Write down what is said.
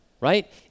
right